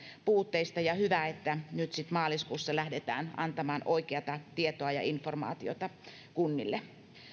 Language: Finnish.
puutteista ja hyvä että nyt sitten maaliskuussa lähdetään antamaan oikeata tietoa ja informaatiota kunnille